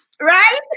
right